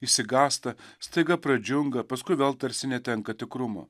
išsigąsta staiga pradžiunga paskui vėl tarsi netenka tikrumo